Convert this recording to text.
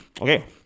okay